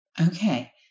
Okay